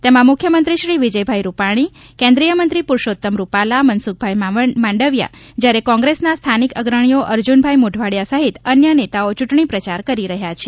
તેમાં મુખ્યમંત્રી શ્રી વિજયભાઇ રૂપાણી કેન્દ્રિયમંત્રી પુરૂષોત્તમ રૂપાલા મનસુખભાઇ માંડવીયા જ્યારે કોંગ્રેસના સ્થાનિક અગ્રણીઓ અર્જુનભાઇ મોઢવાડિયા સહિત અન્ય નેતાઓ ચૂંટણી પ્રચાર કરી રહ્યાં છે